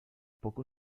poco